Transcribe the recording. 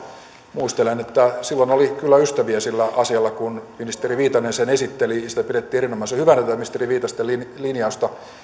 muistelen että silloin oli kyllä ystäviä sillä asialla kun ministeri viitanen sen esitteli ja pidettiin erinomaisen hyvänä tätä ministeri viitasen linjausta